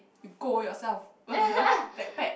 you go yourself backpack